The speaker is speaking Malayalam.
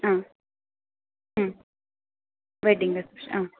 ആ ഉം വെഡ്ഡിങ്ങ് റിസപ്ഷൻ ആ